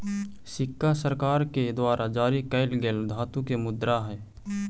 सिक्का सरकार के द्वारा जारी कैल गेल धातु के मुद्रा हई